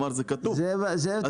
זה טוב.